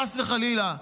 חס וחלילה,